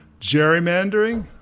gerrymandering